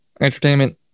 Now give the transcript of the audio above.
Entertainment